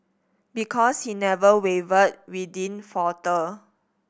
because he never wavered we didn't falter